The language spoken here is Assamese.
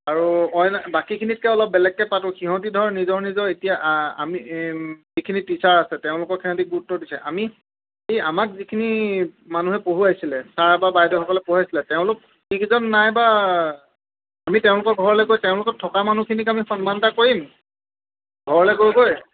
আৰু অন্য় বাকীখিনিতকে অলপ বেলেগকে পাতোঁ সিহঁতি ধৰ নিজৰ নিজৰ এতিয়া আমি যিখিনি টিচাৰ আছে তেওঁলোকক সিহঁতি গুৰুত্ব দিছে আমি এই আমাক যিখিনি মানুহে পঢ়ুৱাইছিলে ছাৰ বা বাইদেউসকলে পঢ়ুৱাইছিলে তেওঁলোক যি কেইজন নাই বা আমি তেওঁলোকৰ ঘৰলৈ গৈ তেওঁলোকক থকা মানুহখিনিকে আমি সন্মান এটা কৰিম ঘৰলে গৈ গৈ